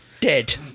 Dead